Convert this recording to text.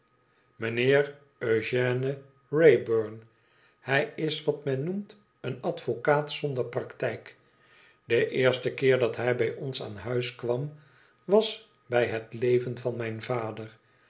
mr eugène wrayburn hij is wat men noemt een advocaat zonder praktijk de eerste keer dat hij bij ons aan huis kwam was bij het leven van mijn vader